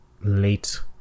late